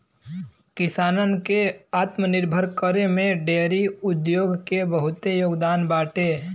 किसानन के आत्मनिर्भर करे में डेयरी उद्योग के बहुते योगदान बाटे